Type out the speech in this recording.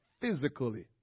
physically